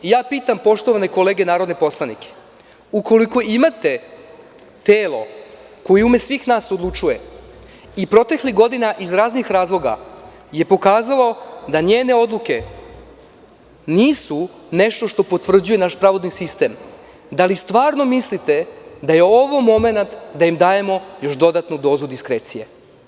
Pitam, poštovane kolege narodne poslanike, ukoliko imate telo koje u ime svih nas odlučuje i preteklih godina iz raznih razloga je pokazalo da njene odluke nisu nešto što potvrđuje naš pravosudni sistem, da li stvarno mislite da je ovo momenat da im dajemo dodatnu dozu diskrecije.